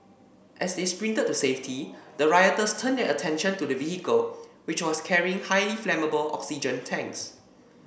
as they sprinted to safety the rioters turned their attention to the vehicle which was carrying highly flammable oxygen tanks